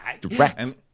Direct